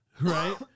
right